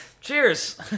cheers